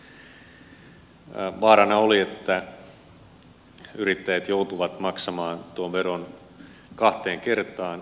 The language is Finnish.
vaarana oli että yrittäjät joutuvat maksamaan tuon veron kahteen kertaan